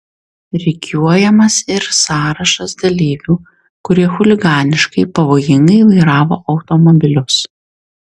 rikiuojamas ir sąrašas dalyvių kurie chuliganiškai pavojingai vairavo automobilius